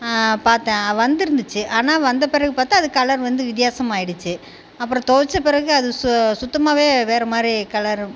பார்த்தேன் வந்துருந்துச்சு ஆனால் வந்த பிறகு பார்த்தா அது கலர் வந்து வித்யாசமாகிடுச்சி அப்புறம் துவச்ச பிறகு அது சு சுத்தமாகவே வேறு மாதிரி கலர்